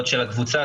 הקבוצה,